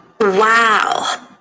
Wow